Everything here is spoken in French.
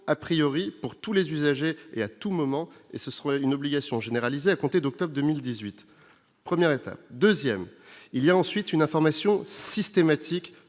à priori pour tous les usagers et à tout moment et ce sera une obligation généralisée à compter d'octobre 2 1000 18 premières étape 2ème il y a ensuite une information systématique